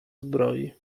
zbroi